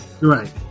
Right